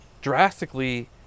drastically